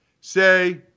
say